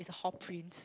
is a hall prince